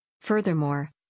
Furthermore